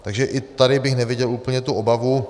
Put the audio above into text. Takže i tady bych neviděl úplně tu obavu.